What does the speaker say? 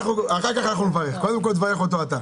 אחר כך אנחנו נברך, קודם כול תברך אותו אתה.